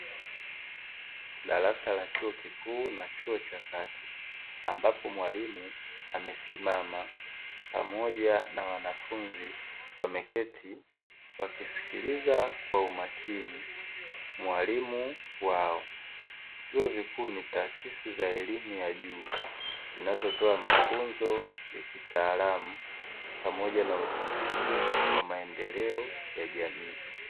Darasa la chuo kikuu na chuo cha kati, ambapo mwalimu amesimama pamoja na wanafunzi wameketi; wakisikiliza kwa umakini mwalimu wao. Vyuo vikuu ni taasisi za elimu ya juu, zinazotoa mafunzo ya kitaalamu pamoja na utafiti wa maendeleo ya jamii.